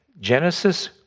Genesis